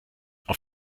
auf